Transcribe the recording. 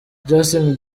justin